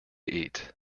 eat